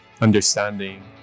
understanding